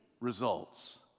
results